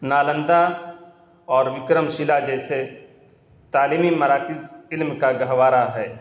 نالندہ اور وکرم شلا جیسے تعلیمی مراکز علم کا گہوارہ ہے